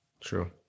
true